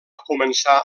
començar